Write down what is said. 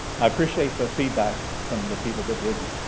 i appreciate the feedback from the people that did,